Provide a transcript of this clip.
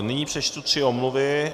Nyní přečtu tři omluvy.